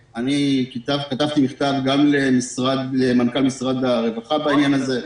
כתבתי מכתב גם למנכ"ל משרד הרווחה בעניין הזה,